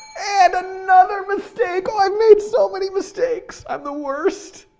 and another mistake, oh i made so many mistakes, i'm the worst.